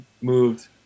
moved